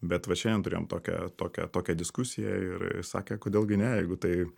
bet va šiandien turėjom tokią tokią tokią diskusiją ir sakė kodėl gi ne jeigu tai